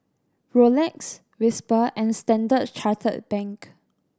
Rolex Whisper and Standard Chartered Bank